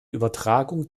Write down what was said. übertragung